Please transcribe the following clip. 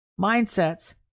mindsets